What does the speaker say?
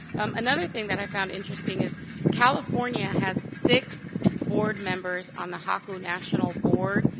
another thing that i found interesting is california has six board members on the haku national board.